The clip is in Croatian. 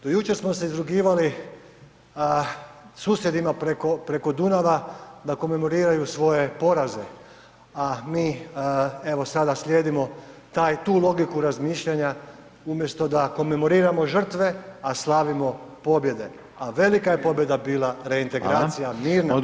Do jučer smo se izrugivali susjedima preko Dunava da komemoriraju svoje poraze, a mi evo sada slijedimo tu logiku razmišljanja umjesto da komemoriramo žrtve, a slavimo pobjede, a velika je pobjeda bila reintegracija [[Upadica: Hvala.]] mirna u ustavni poredak.